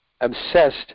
obsessed